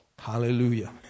Hallelujah